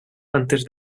antes